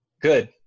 good